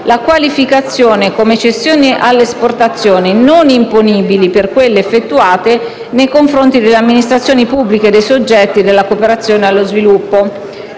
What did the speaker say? la qualificazione come cessioni all'esportazione non imponibili per quelle effettuate nei confronti delle amministrazioni pubbliche e dei soggetti della cooperazione allo sviluppo